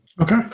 Okay